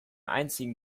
einzigen